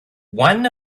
one